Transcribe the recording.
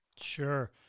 Sure